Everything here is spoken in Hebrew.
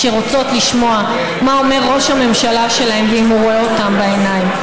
שרוצות לשמוע מה אומר ראש הממשלה שלהן ואם הוא רואה אותן בעיניים.